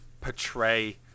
Portray